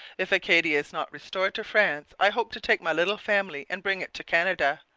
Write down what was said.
if acadia is not restored to france i hope to take my little family and bring it to canada.